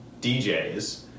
DJs